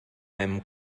einem